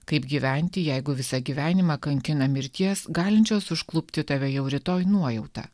kaip gyventi jeigu visą gyvenimą kankina mirties galinčios užklupti tave jau rytoj nuojauta